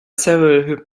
several